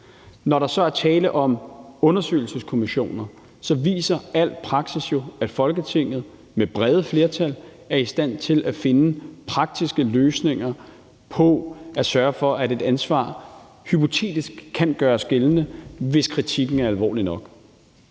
Når der så er tale om undersøgelseskommissioner, viser al praksis jo, at Folketinget med brede flertal er i stand til at finde praktiske løsninger på at sørge for, at et ansvar hypotetisk kan gøres gældende, hvis kritikken er alvorlig nok.